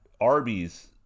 Arby's